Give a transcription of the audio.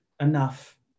enough